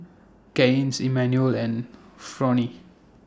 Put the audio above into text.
Gaines Emanuel and Fronie